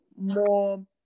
more